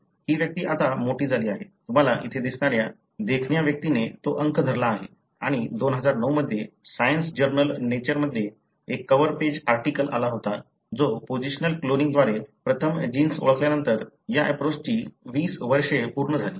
ही व्यक्ती आता मोठी झाली आहे तुम्हाला येथे दिसणाऱ्या देखण्या व्यक्तीने तो अंक धरला आहे आणि 2009 मध्ये सायन्स जर्नल नेचर मध्ये एक कव्हर पेज आर्टिकल आला होता जो पोझिशनल क्लोनिंगद्वारे प्रथम जीन्स ओळखल्यानंतर या एप्रोचची 20 वर्षे पूर्ण झाली